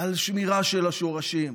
על שמירה של השורשים.